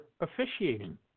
officiating